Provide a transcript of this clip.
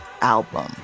album